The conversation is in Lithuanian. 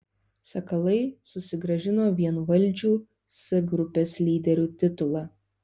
sakalai susigrąžino vienvaldžių c grupės lyderių titulą